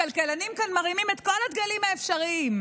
הכלכלנים כאן מרימים את כל הדגלים האפשריים.